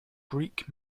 greek